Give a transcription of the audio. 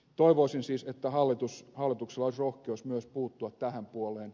toivoisin siis että hallituksella olisi rohkeus myös puuttua tähän puoleen